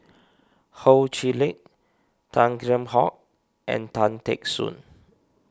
Ho Chee Lick Tan Kheam Hock and Tan Teck Soon